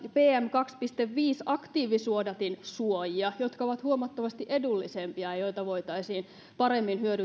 kaksi pilkku viisi aktiivihiilisuodatinsuojia jotka ovat huomattavasti edullisempia ja joita voitaisiin paremmin hyödyntää